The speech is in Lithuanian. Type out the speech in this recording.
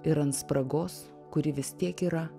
ir ant spragos kuri vis tiek yra